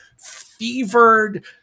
fevered